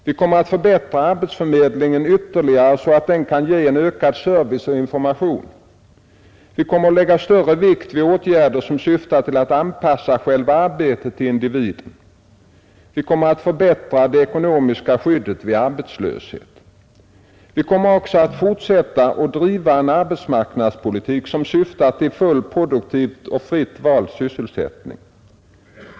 Vi kommer att förbättra arbetsförmedlingen ytterligare så att den kan ge en ökad service och information. Vi kommer att lägga stor vikt vid åtgärder som syftar till att anpassa själva arbetet till individen. Vi kommer att förbättra det ekonomiska skyddet vid arbetslöshet. Vi kommer alltså att fortsätta att driva en arbetsmarknadspolitik som syftar till full, produktiv och fritt vald sysselsättning.